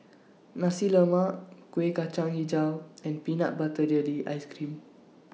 Nasi Lemak Kueh Kacang Hijau and Peanut Butter Jelly Ice Cream